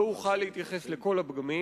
לא אוכל להתייחס לכל הפגמים,